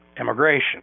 immigration